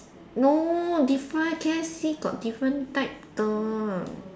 no different K_F_C got different type 的